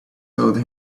told